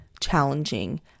challenging